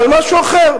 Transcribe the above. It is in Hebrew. אבל משהו אחר,